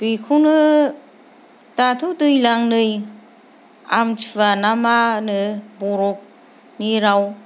बेखौनो दाथ' दैज्लां नै आमतिसुवाना मानो बर'नि राव